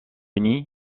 nid